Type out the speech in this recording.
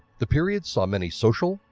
the period saw many social,